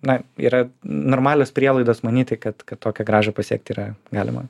na yra normalios prielaidos manyti kad kad tokią grąžą pasiekti yra galima